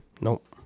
Nope